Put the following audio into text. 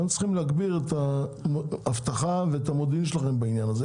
אנחנו צריכים להגביר את האבטחה ואת המודיעין שלכם בעניין הזה.